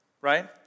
right